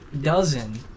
dozen